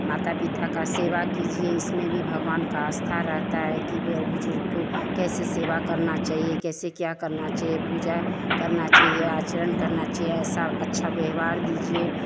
माता पिता का सेवा कीजिए इसमें भी भगवान का आस्था रहता है कि बड़ बुजुर्ग को कैसे सेवा करना चाहिए कैसे क्या करना चाहिए पूजा करना चाहिए आचरण करना चाहिए ऐसा अच्छा व्यवहार दीजिए